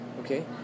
Okay